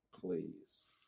please